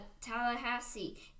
tallahassee